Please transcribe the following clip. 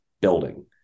building